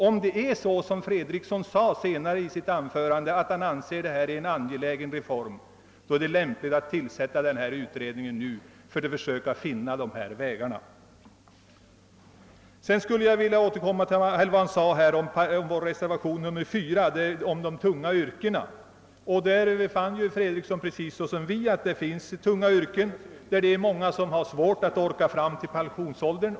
Om herr Fredriksson, såsom han också sade, anser en sänkning av pensionsåldern vara en angelägen reform, är det lämpligt att tillsätta utredningen nu för att försöka finna lämpliga lösningar. Jag skulle även vilja återkomma till vad herr Fredriksson har anfört om vår reservation nr 4 och de s.k. tunga yrkena. Han är liksom på det klara med att det finns tunga yrken och att många människor inom dessa har svårt att orka arbeta fram till pensionsåldern.